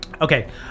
Okay